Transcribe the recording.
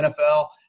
NFL